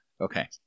Okay